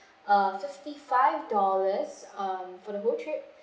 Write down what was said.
uh fifty-five dollars um for the whole trip